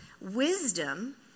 wisdom